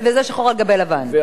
שחור על גבי לבן.